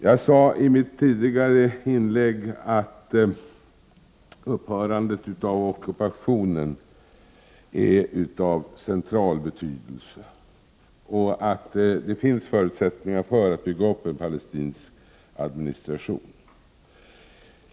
Jag sade i mitt tidigare inlägg att upphörandet av ockupationen är av central betydelse och att det finns förutsättningar för att bygga upp en palestinsk administration.